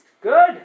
Good